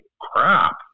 crap